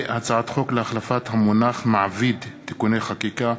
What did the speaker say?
הצעת חוק להחלפת המונח מעביד (תיקוני חקיקה),